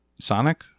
Sonic